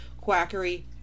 quackery